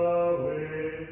away